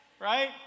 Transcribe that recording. Right